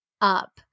up